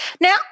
Now